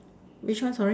which one sorry